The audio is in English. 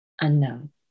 unknown